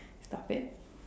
stop it